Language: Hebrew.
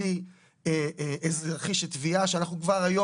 כלי אזרחי של תביעה שאנחנו כבר היום